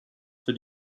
für